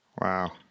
Wow